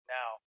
now